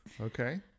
Okay